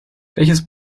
welches